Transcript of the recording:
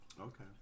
Okay